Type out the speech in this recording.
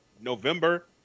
November